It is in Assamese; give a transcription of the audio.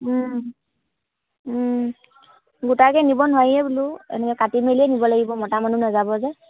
গোটাকে নিব নোৱাৰিয়ে বোলো এনেকৈ কাটি মেলিয়ে নিব লাগিব মতা মানুহ নাযাব যে